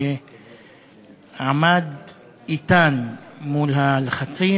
שעמד אתנו מול הלחצים.